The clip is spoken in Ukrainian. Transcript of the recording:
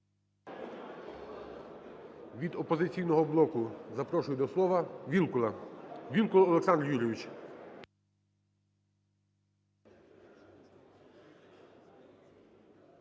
Від "Опозиційного блоку" запрошую до слова Вілкула. Вілкул Олександр Юрійович.